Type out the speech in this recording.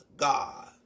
God